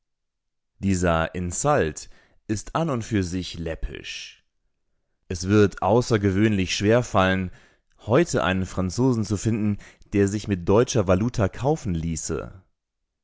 dieser insult ist an und für sich läppisch es wird außergewöhnlich schwer fallen heute einen franzosen zu finden der sich mit deutscher valuta kaufen ließe